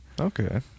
Okay